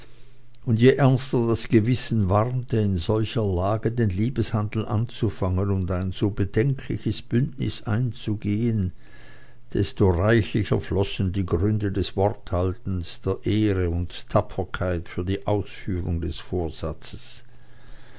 und je ernster das gewissen warnte in solcher lage den liebeshandel anzufangen und ein so bedenkliches bündnis einzugehen desto reichlicher flossen die gründe des worthaltens der ehre und tapferkeit für die ausführung des vorsatzes